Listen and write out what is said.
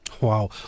Wow